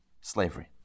slavery